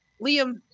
Liam